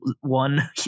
one